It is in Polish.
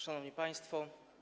Szanowni Państwo!